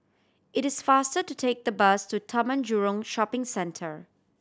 it is faster to take the bus to Taman Jurong Shopping Centre